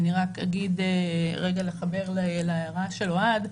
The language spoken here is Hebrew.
אני אתחבר להערתו של אוהד.